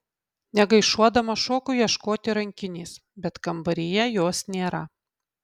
negaišuodama šoku ieškoti rankinės bet kambaryje jos nėra